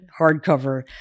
hardcover